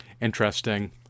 interesting